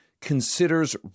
considers